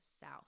South